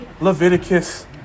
Leviticus